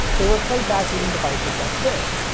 they were played back using devices like this.